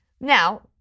Now